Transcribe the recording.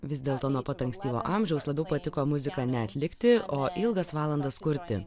vis dėlto nuo pat ankstyvo amžiaus labiau patiko muziką neatlikti o ilgas valandas kurti